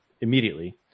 immediately